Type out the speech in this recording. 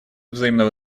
взаимного